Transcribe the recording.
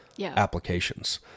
applications